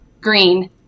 Green